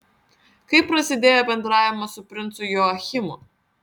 kaip prasidėjo bendravimas su princu joachimu